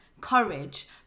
courage